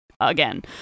again